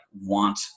want